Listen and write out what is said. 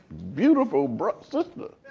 beautiful but sister.